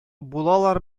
булалар